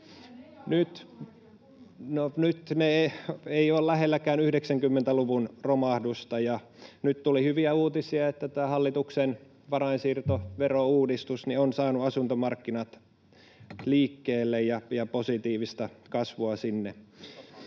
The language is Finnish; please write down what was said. ne eivät ole lähelläkään 90-luvun romahdusta, ja nyt tuli hyviä uutisia, että tämä hallituksen varainsiirtoverouudistus on saanut asuntomarkkinat liikkeelle ja positiivista kasvua sinne.